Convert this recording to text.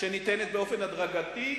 שניתנת באופן הדרגתי.